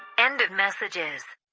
end of messages